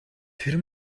тэр